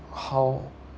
how